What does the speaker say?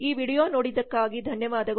ಈ ವೀಡಿಯೊ ನೋಡಿದ್ದಕ್ಕಾಗಿ ಧನ್ಯವಾದಗಳು